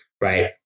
right